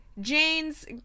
Jane's